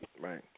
Right